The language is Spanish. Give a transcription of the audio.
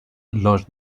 los